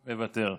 מוותר,